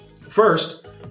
First